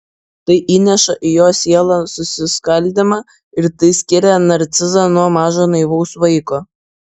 tai įneša į jo sielą susiskaldymą ir tai skiria narcizą nuo mažo naivaus vaiko